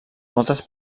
moltes